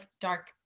dark